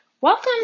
welcome